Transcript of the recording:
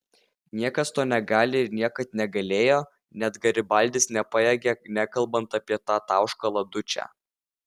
niekas to negali ir niekad negalėjo net garibaldis nepajėgė nekalbant apie tą tauškalą dučę